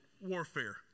warfare